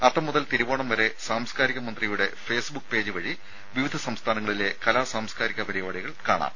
അത്തം മുതൽ തിരുവോണം വരെ സാംസ്കാരിക മന്ത്രിയുടെ ഫേസ്ബുക്ക് പേജ് വഴി വിവിധ സംസ്ഥാനങ്ങളിലെ കലാ സാംസ്കാരിക പരിപാടികൾ കാണാം